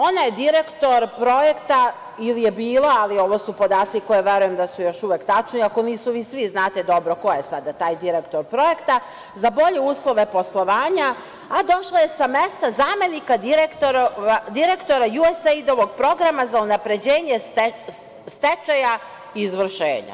Ona je direktor projekta ili je bila, ali ovo su podaci koji, verujem, da su još uvek tačni, ako nisu ovi svi, znate dobro ko je sada taj direktor projekta, za bolje uslove poslovanja, a došla je sa mesta zamenika direktora USAID programa za unapređenje stečaja i izvršenja.